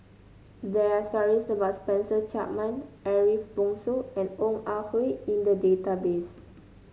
there are stories about Spencer Chapman Ariff Bongso and Ong Ah Hoi in the database